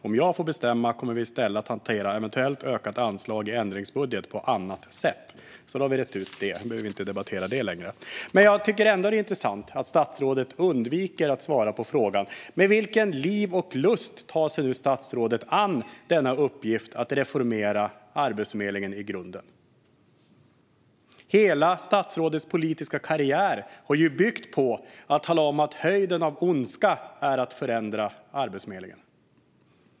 Om jag får bestämma kommer vi i stället hantera eventuellt ökat anslag i ändringsbudget . på ett annat sätt." Då har vi rett ut det. Då behöver vi inte debattera det längre. Jag tycker ändå att det är intressant att statsrådet undviker att svara på frågan med vilken liv och lust statsrådet nu tar sig an uppgiften att reformera Arbetsförmedlingen i grunden. Hela statsrådets politiska karriär har ju byggt på att tala om att höjden av ondska är att förändra Arbetsförmedlingen.